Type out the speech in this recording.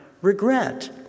regret